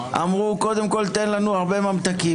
אמרו: קודם כול תן לנו הרבה ממתקים.